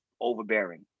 overbearing